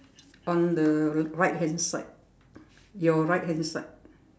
on the right hand side your right hand side